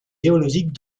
géologiques